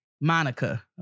Monica